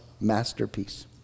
masterpiece